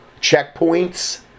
checkpoints